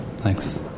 Thanks